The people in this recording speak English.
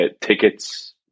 tickets